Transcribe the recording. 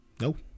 Nope